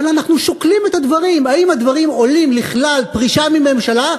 אבל אנחנו שוקלים את הדברים: האם הדברים עולים לכלל פרישה מממשלה?